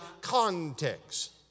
context